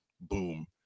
boom